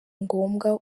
ngombwa